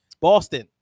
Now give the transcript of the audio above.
Boston